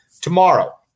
Tomorrow